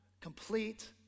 complete